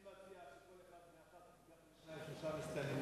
אני מציע שכל אחד ואחת ייקח לו שניים-שלושה מסתננים